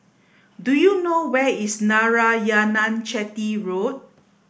do you know where is Narayanan Chetty Road